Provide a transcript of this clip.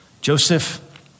Joseph